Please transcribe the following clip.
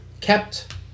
kept